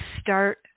start